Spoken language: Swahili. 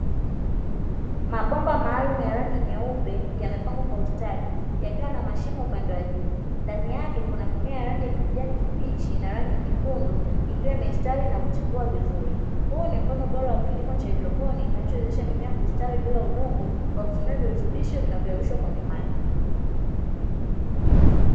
Mabomba maalumu ya rangi nyeupe yamepangwa kwa ustadi yakiwa na mashimo upande wa juu ndani yake kuna mimea ya rangi ya kijani kibichi na rangi nyekundu ikiwa imestawi na kuchipua vizuri. Huo ni mfano bora wa kilimo cha haidroponi kinachowezesha mimea kustawi bila udongo kwa kutumia virutubisho vinavyowezesha kwenye maji.